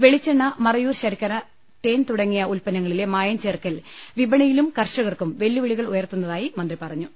വെളിച്ചെണ്ണ മറയൂർ ശർക്കര തേൻ തുടങ്ങിയ ഉത്പന്നങ്ങളിലെ മായംചേർക്കൽ വിപണിയിലും കർഷകർക്കും വെല്ലുവിളികൾ ഉയർത്തുന്നതായി മന്ത്രി പറഞ്ഞു